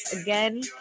Again